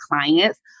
clients